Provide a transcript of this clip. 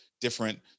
different